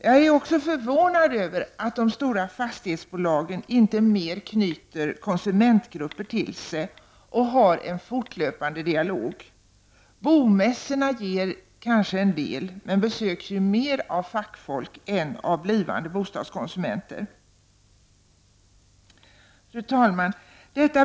Jag är också förvånad att de stora fastighetsbolagen inte mer knyter konsumentgrupper till sig och har en fortlöpande dialog. Bomässorna ger kanske en del, men de besöks ju mer av fackfolk än av blivande bostadskonsumenter.